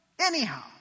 Anyhow